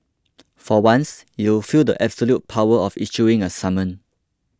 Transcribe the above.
for once you'll feel the absolute power of issuing a summon